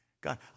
God